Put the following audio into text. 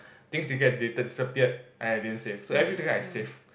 things you get deleted disappeared and I didn't save so every single time I save